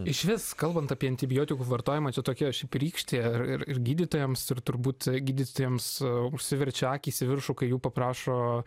išvis kalbant apie antibiotikų vartojimą su tokia šiaip rykšte ir ir gydytojams ir turbūt gydytojams užsiverčia akys į viršų kai jų paprašo